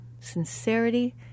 sincerity